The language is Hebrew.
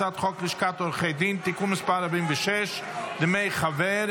הצעת חוק לשכת עורכי הדין (תיקון מס' 46) (דמי חבר),